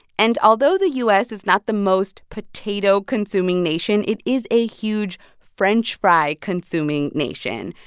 and although the u s. is not the most potato-consuming nation, it is a huge french fry-consuming nation.